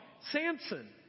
Samson